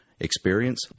Experience